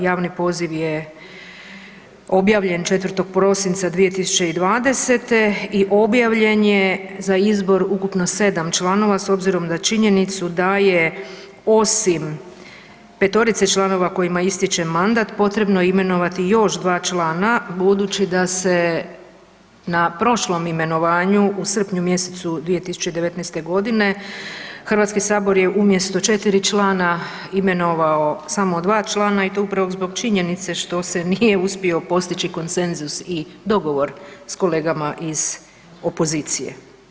Javni poziv je objavljen 4. prosinca 2020. i objavljen je za izbor ukupno 7 članova s obzirom na činjenicu da je osim 5-orice članova kojima istječe mandat potrebno imenovati još 2 člana budući da se na prošlom imenovanju u srpnju mjesecu 2019. godine Hrvatski sabor je umjesto 4 člana imenovao samo 2 člana i to upravo zbog činjenice što se nije uspio postići konsenzus i dogovor s kolegama iz opozicije.